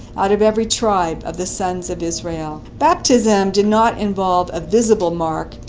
out of every tribe of the sons of israel. baptism did not involve a visible mark,